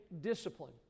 discipline